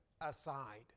aside